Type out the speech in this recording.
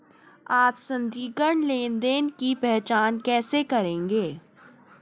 आप संदिग्ध लेनदेन की पहचान कैसे करेंगे?